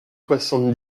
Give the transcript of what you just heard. soixante